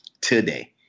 today